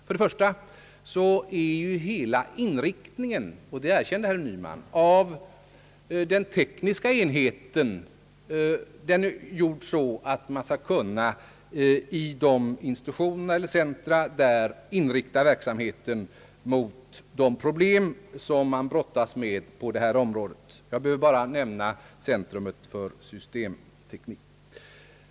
För det första är hela inriktningen — och det erkända herr Nyman — av den tekniska enheten upplagd så att man i institutioner och centra koncentrerar sig på de problem som man brottas med på detta område. Jag behöver bara nämna centrum för systemteknik.